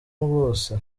bose